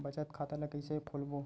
बचत खता ल कइसे खोलबों?